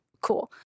Cool